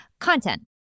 content